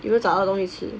有没有找到东西吃